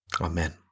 Amen